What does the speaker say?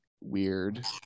weird